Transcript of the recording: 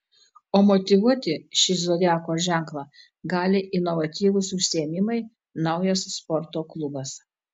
o motyvuoti šį zodiako ženklą gali inovatyvūs užsiėmimai naujas sporto klubas